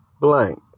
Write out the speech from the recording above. blank